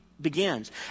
begins